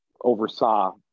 oversaw